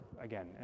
again